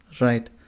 right